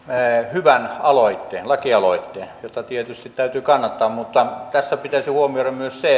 hyvän lakialoitteen jota tietysti täytyy kannattaa mutta tässä pitäisi huomioida myös se